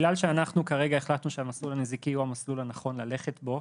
בגלל שאנחנו החלטנו שהמסלול הנזיקי הוא המסלול הנכון ללכת בו,